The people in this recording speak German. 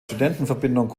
studentenverbindung